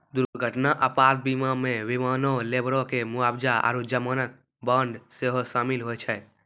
दुर्घटना आपात बीमा मे विमानो, लेबरो के मुआबजा आरु जमानत बांड सेहो शामिल होय छै